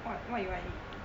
what what you want to eat